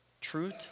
truth